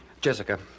Jessica